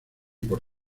por